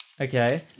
Okay